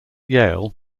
yale